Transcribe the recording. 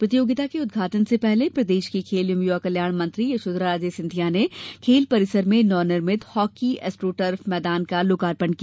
प्रतियोगिता के उद्घाटन से पूर्व प्रदेश की खेल एवं युवा कल्याण मंत्री यशोधरा राजे सिंधिया ने खेल परिसर में नवनिर्मित हॉकी एस्ट्रोटर्फ मैदान का लोकार्पण किया